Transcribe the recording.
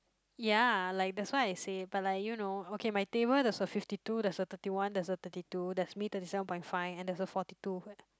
ya like that's why I say but like you know okay my table there's a fifty two there's a thirty one there's a thirty two there's me thirty seven point five and there's a forty two